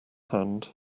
hand